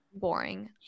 Boring